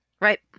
Right